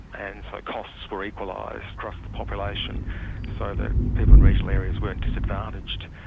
and so costs were equalised across the population so that people in regional areas weren't disadvantaged,